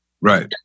Right